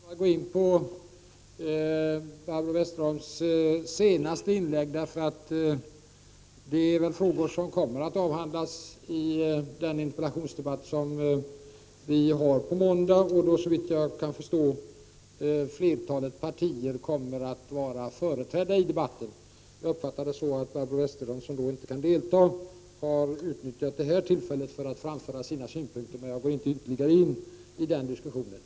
Herr talman! Jag skall inte närmare gå in på Barbro Westerholms senaste inlägg, eftersom det berör frågor som kommer att avhandlas i den interpellationsdebatt som hålls på måndag och där flertalet partier, såvitt jag kan förstå, kommer att vara företrädda. Jag uppfattade det så att Barbro Westerholm, som då inte kan delta, har utnyttjat detta tillfälle för att framföra sina synpunkter, men jag går inte ytterligare in på den diskussionen.